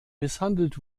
misshandelt